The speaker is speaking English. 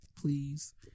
Please